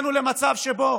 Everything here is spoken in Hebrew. ואם הגענו למצב שבו